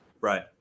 Right